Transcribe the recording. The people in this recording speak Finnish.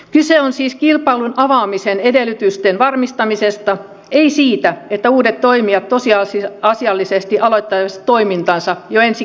kyse on siis kilpailun avaamisen edellytysten varmistamisesta ei siitä että uudet toimijat tosiasiallisesti aloittaisivat toimintansa jo ensi keväänä